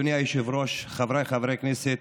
אדוני היושב-ראש, חבריי חברי הכנסת,